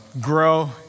grow